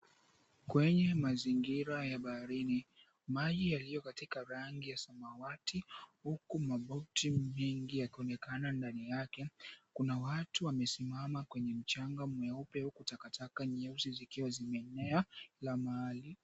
Kwenye mazingira ya baharini. Maji yaliyo katika rangi ya samawati, huku maboti mengi yakionekana ndani yake. Kuna watu wamesimama kwenye mchanga mweupe huku takataka nyeusi zikiwa zimeenea kila mahali.